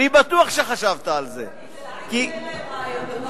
אל תיתן להם רעיונות.